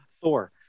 Thor